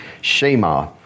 Shema